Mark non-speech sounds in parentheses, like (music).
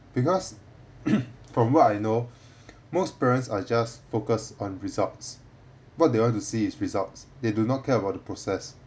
because (coughs) from what I know (breath) most parents are just focus on results what they want to see is results they do not care about the process